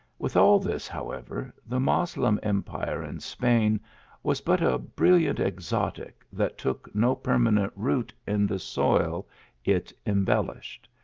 with all this, however, the moslem empire in spain was but a brilliant exotic that took no perma nent root in the soil it embellished.